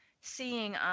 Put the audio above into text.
seeing